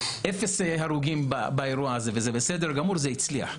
אפס הרוגים באירוע הזה, וזה בסדר גמור, זה הצליח.